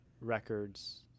Records